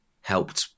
helped